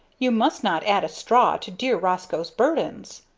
you must not add a straw to dear roscoe's burdens,